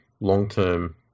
long-term